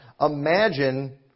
imagine